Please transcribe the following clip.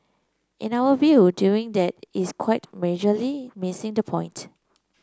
in our view doing that is quite majorly missing the point